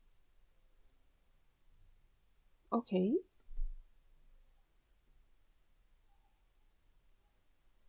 okay